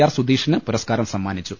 R സുധീഷിന് പുരസ്കാരം സമ്മാനിച്ചു